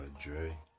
Dre